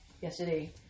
yesterday